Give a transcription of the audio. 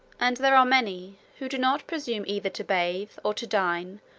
and there are many who do not presume either to bathe, or to dine,